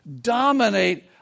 dominate